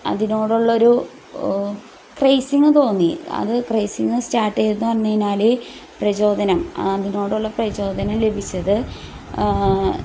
അതിനോടുള്ളൊരു craving തോന്നി അത് craving start ചെയ്തതെന്ന് പറഞ്ഞുകഴിഞ്ഞാൽ പ്രചോദനം അതിനോടുള്ള പ്രചോദനം ലഭിച്ചത്